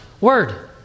word